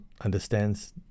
understands